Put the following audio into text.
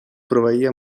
proveïa